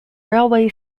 railway